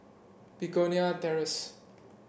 Begonia Terrace